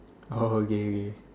oh okay okay